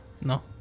No